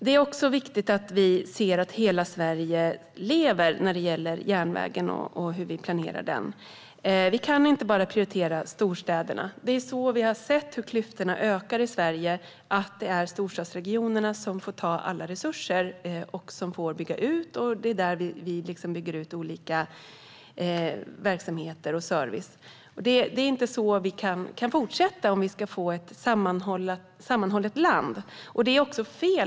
Det är också viktigt att vi ser att hela Sverige lever när det gäller hur vi planerar järnvägen. Vi kan inte bara prioritera storstäderna. Vi har sett hur klyftorna ökar i Sverige för att storstadsregionerna får ta alla resurser, och det är där vi bygger ut olika verksamheter och service. Så kan vi inte fortsätta om vi ska få ett sammanhållet land.